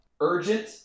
urgent